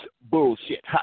bullshit